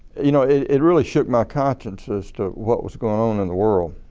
you know it really shook my conscience as to what was going on in the world.